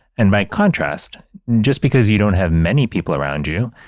and by contrast, just because you don't have many people around you,